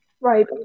Right